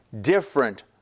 different